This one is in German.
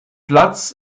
platz